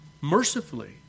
mercifully